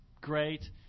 great